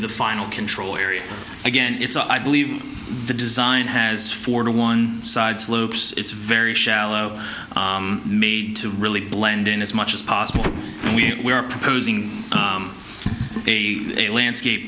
the final control area again it's i believe the design has four to one side slopes it's very shallow made to really blend in as much as possible and we are proposing a landscape